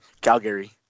Calgary